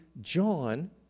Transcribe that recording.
John